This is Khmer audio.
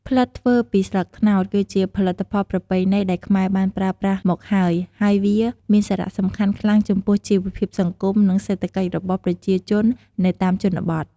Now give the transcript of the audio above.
ផ្លិតធ្វើពីស្លឹកត្នោត គឺជាផលិតផលប្រពៃណីដែលខ្មែរបានប្រើប្រាស់មកហើយ ហើយវាមានសារៈសំខាន់ខ្លាំងចំពោះជីវភាពសង្គម និងសេដ្ឋកិច្ចរបស់ប្រជាជននៅតាមជនបទ។